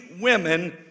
women